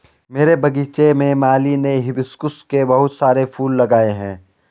मेरे बगीचे में माली ने हिबिस्कुस के बहुत सारे फूल लगाए हैं